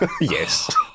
Yes